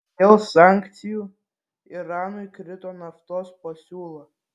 dėl sankcijų iranui krito naftos pasiūla